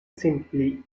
simply